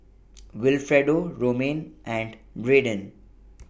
Wilfredo Romaine and Brayden